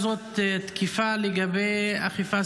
תודה לשר המשפטים שהביע עמדה